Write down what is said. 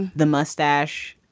the mustache.